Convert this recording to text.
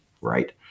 right